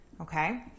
okay